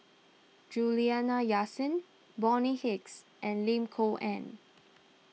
Juliana Yasin Bonny Hicks and Lim Kok Ann